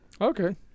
Okay